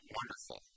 Wonderful